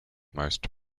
most